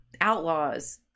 outlaws